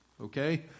okay